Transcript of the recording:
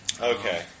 Okay